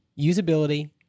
usability